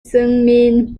seung